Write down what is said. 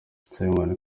simon